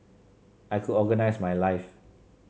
I could organise my life